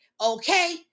okay